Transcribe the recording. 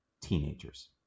teenagers